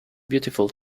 beautiful